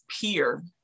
peer